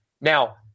Now